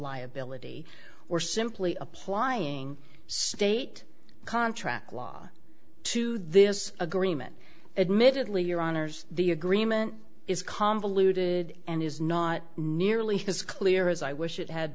liability or simply applying state contract law to this agreement admittedly your honour's the agreement is convoluted and is not nearly as clear as i wish it had